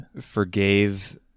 forgave